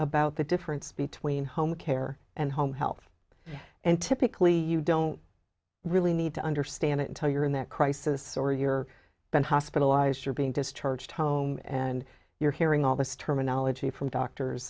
about the difference between home care and home health and typically you don't really need to understand it until you're in that crisis or you're been hospitalized or being discharged home and you're hearing all this terminology from doctors